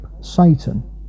Satan